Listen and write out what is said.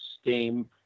steam